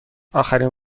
آخرین